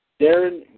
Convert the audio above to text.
Darren